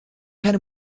keine